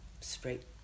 straight